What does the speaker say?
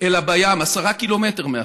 אלא בים, 10 קילומטרים מהחוף.